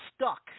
stuck